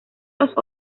los